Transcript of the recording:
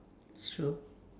true